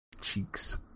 Cheeks